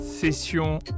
Session